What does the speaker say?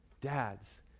Dads